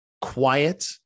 quiet